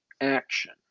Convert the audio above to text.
action